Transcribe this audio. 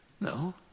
No